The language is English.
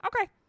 Okay